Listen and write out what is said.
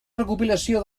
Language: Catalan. recopilació